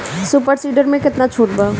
Super seeder मै कितना छुट बा?